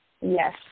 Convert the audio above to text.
Yes